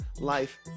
life